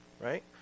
right